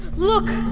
look.